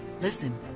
listen